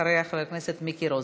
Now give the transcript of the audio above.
אחריה, חבר הכנסת מיקי רוזנטל.